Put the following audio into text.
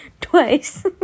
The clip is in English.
twice